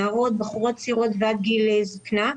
נערות, בחורות צעירות, ועד גיל זקנה.